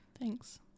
Thanks